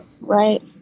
right